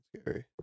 scary